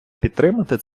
підтримати